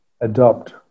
adopt